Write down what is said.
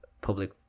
public